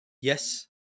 Yes